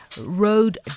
road